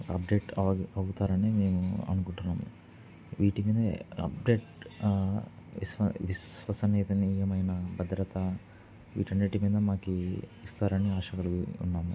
update అవు అవుతారని మేము అనుకుంటున్నాము వీటి మీద అప్డేట్ విశ్వ విశ్వసమేతనీయమైన భద్రత వీటన్నింటి మీద మాకు ఇస్తారని ఆశలో ఉన్నాము